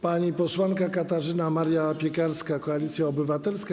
Pani posłanka Katarzyna Maria Piekarska, Koalicja Obywatelska.